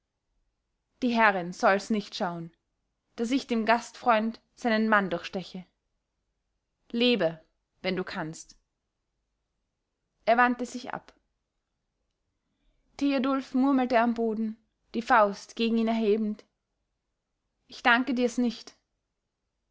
die herrin soll's nicht schauen daß ich dem gastfreund seinen mann durchsteche lebe wenn du kannst er wandte sich ab theodulf murmelte am boden die faust gegen ihn erhebend ich danke dir's nicht